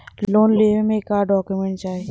Loan लेवे मे का डॉक्यूमेंट चाही?